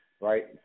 right